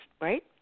right